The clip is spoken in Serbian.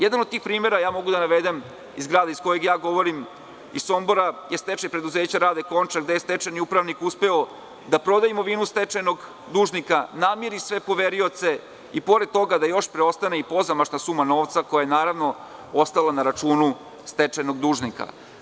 Jedan od tih primera je, iz grada iz koga ja dolazim, iz Sombora, stečaj preduzeća „Rade Končar“, gde je stečajni upravnik uspeo da proda imovinu stečajnog dužnika, namiri sve poverioce i pored toga da još preostane pozamašna suma novca koja je ostala na računu stečajnog dužnika.